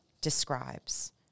describes